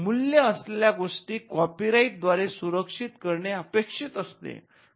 मूल्य असलेल्या गोष्टी कॉपीराईट द्व्यारे सुरक्षित करणे अपेक्षित असते